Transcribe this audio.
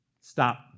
Stop